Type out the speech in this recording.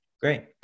Great